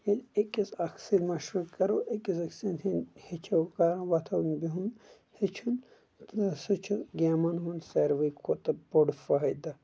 ییٚلہِ أکِس اکھ سۭتۍ مشورٕ کَرو أکِس اکھ نِش ہٮ۪چھو وۄتُھن بِہُن ہٮ۪چُھن تہٕ سُہ چھُ گیمَن ہُنٛد ساروی کھۄتہٕ بوڑ فٲیدٕ